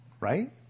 right